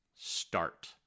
Start